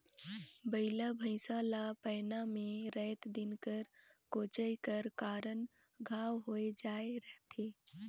बइला भइसा ला पैना मे राएत दिन कर कोचई कर कारन घांव होए जाए रहथे